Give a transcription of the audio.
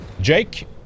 Jake